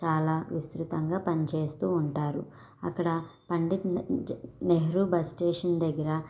చాలా విస్తృతంగా పనిచేస్తూ ఉంటారు అక్కడ పండిత్ నెహ్రూ బస్ స్టేషన్ దగ్గర